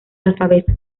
alfabeto